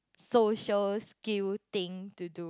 social skill thing to do